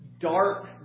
dark